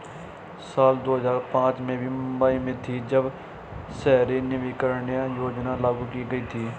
साल दो हज़ार पांच में मैं मुम्बई में थी, जब शहरी नवीकरणीय योजना लागू की गई थी